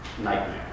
nightmare